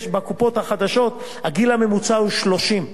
בקופות החדשות הגיל הממוצע הוא 30,